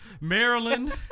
maryland